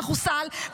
שחוסל,